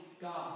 God